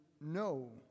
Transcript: No